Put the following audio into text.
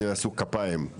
הם עשו כפיים,